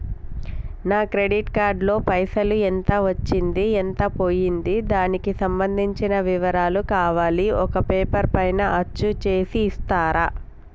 నా credit card లో పైసలు ఎంత వచ్చింది ఎంత పోయింది దానికి సంబంధించిన వివరాలు కావాలి ఒక పేపర్ పైన అచ్చు చేసి ఇస్తరా?